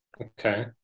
Okay